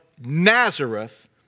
Nazareth